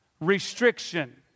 Restriction